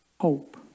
Hope